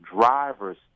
driver's